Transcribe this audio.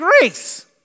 grace